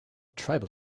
tribal